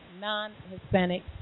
non-Hispanic